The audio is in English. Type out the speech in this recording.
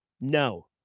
No